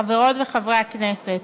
חברות וחברי הכנסת,